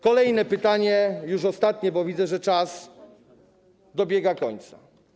Kolejne pytanie, już ostatnie, bo widzę, że czas dobiega końca.